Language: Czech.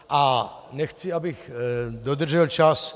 A nechci, abych dodržel čas...